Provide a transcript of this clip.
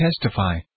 testify